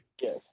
Yes